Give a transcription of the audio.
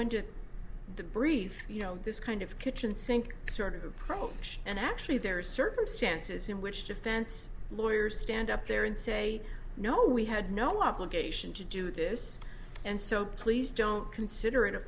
into the brief you know this kind of kitchen sink sort of approach and actually there are circumstances in which defense lawyers stand up there and say no we had no obligation to do this and so please don't consider it a